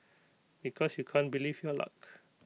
because you can't believe your luck